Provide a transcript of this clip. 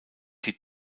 die